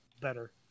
better